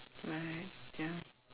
right ya